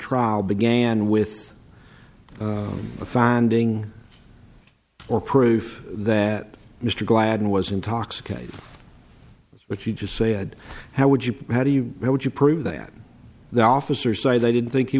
trial began with a finding or proof that mr gladden was intoxicated but you just said how would you how do you how would you prove that the officers say they didn't think he